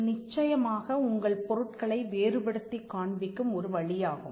இது நிச்சயமாக உங்கள் பொருட்களை வேறுபடுத்திக் காண்பிக்கும் ஒரு வழியாகும்